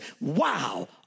wow